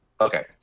Okay